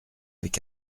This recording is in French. avec